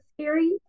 scary